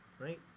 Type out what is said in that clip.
right